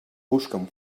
busquen